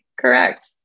correct